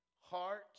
heart